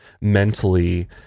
mentally